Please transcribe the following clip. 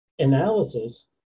analysis